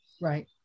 Right